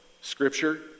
Scripture